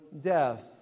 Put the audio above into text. death